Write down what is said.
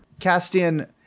Castian